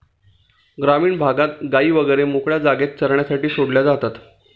ग्रामीण भागात गायी वगैरे मोकळ्या जागेत चरण्यासाठी सोडल्या जातात